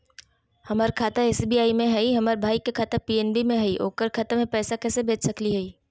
हमर खाता एस.बी.आई में हई, हमर भाई के खाता पी.एन.बी में हई, ओकर खाता में पैसा कैसे भेज सकली हई?